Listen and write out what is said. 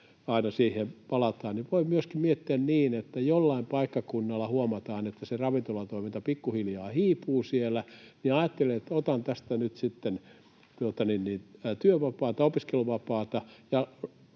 aina siihen palataan. Voi myöskin miettiä niin, että kun jollain paikkakunnalla huomataan, että se ravintolatoiminta pikkuhiljaa hiipuu siellä, niin ajattelee, että ”otan tästä nyt sitten opiskeluvapaata